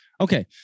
Okay